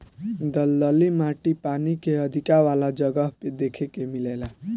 दलदली माटी पानी के अधिका वाला जगह पे देखे के मिलेला